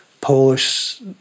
Polish